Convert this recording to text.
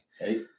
Hey